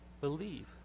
believe